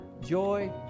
joy